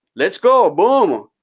let's go. boom,